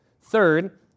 Third